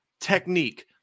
technique